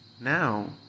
Now